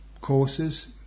courses